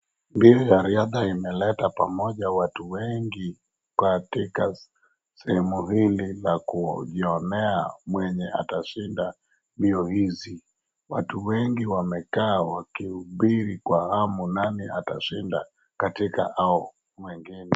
Mbio ya riadha imeleta pamoja watu wengi katika sehemu izi za kuonea mwenye atashinda hiyo mbio. Watu wengi wamekaa wakiubiri kwa amu nani atashinda katika hao mwengine.